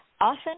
Often